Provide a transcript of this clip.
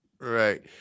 Right